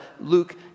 Luke